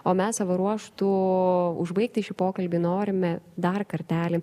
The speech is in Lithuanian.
o mes savo ruožtu užbaigti šį pokalbį norime dar kartelį